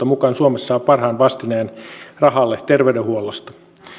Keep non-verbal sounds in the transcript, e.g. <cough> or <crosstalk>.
<unintelligible> mukaan suomessa saa parhaan vastineen rahalle terveydenhuollosta